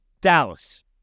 Dallas